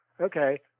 okay